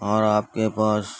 اور آپ کے پاس